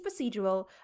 procedural